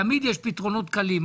תמיד יש פתרונות קלים.